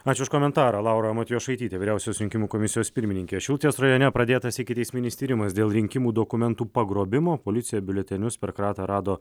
ačiū už komentarą laura matjošaitytė vyriausios rinkimų komisijos pirmininkė šilutės rajone pradėtas ikiteisminis tyrimas dėl rinkimų dokumentų pagrobimo policija biuletenius per kratą rado